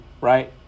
right